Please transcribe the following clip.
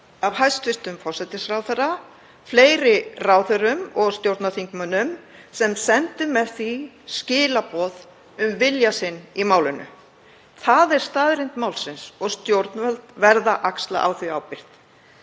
af hæstv. forsætisráðherra, fleiri ráðherrum og stjórnarþingmönnum sem sendu með því skilaboð um vilja sinn í málinu. Það er staðreynd málsins og stjórnvöld verða að axla ábyrgð